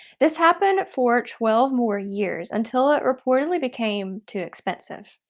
this happened for twelve more years until it reportedly became too expensive.